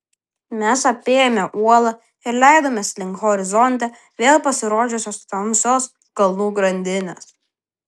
mes apėjome uolą ir leidomės link horizonte vėl pasirodžiusios tamsios kalnų grandinės